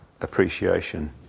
appreciation